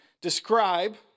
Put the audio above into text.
describe